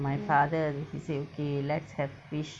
my father he say okay let's have fish